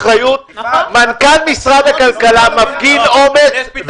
מנכ"ל משרד הכלכלה מפגין אומץ,